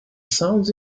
sounds